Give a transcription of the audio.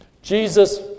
Jesus